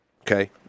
Okay